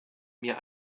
mir